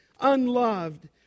unloved